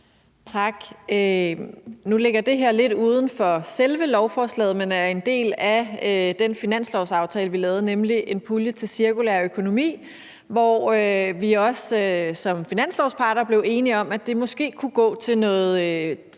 Tak. Nu ligger det her lidt udenfor selve lovforslaget, men er en del af den finanslovsaftale, vi lavede, nemlig en pulje til cirkulær økonomi, hvor vi også som finanslovsparter blev enige om, at det måske kunne gå til noget